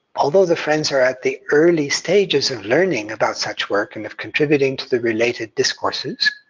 although the friends are at the early stages of learning about such work and of contributing to the related discourses,